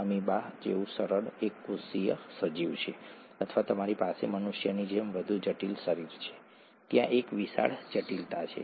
કૃપા કરી તે વિડિઓ જુઓ તે ફક્ત સાડા ત્રણ મિનિટ લાંબી છે ઠીક છે